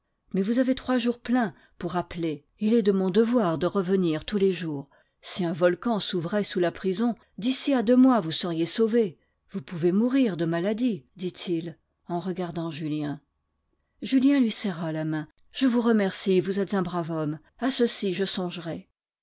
mais vous avez trois jours pleins pour appeler et il est de mon devoir de revenir tous les jours si un volcan s'ouvrait sous la prison d'ici à deux mois vous seriez sauvé vous pouvez mourir de maladie dit-il en regardant julien julien lui serra la main je vous remercie vous êtes un brave homme a ceci je songerai